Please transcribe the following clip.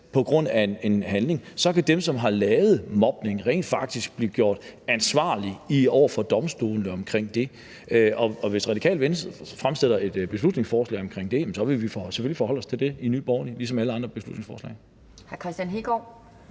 på grund af en handling, så kan dem, der har lavet mobning, rent faktisk blive gjort ansvarlige over for domstolene for det. Hvis Radikale Venstre fremsætter et beslutningsforslag omkring det, vil vi selvfølgelig forholde os til det i Nye Borgerlige, ligesom vi forholder os til alle andre beslutningsforslag. Kl. 11:56 Anden